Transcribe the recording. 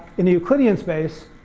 in the euclidean space,